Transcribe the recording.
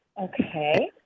okay